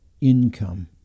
income